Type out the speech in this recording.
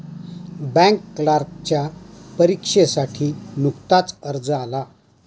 bank क्लर्कच्या परीक्षेसाठी नुकताच अर्ज आला